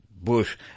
Bush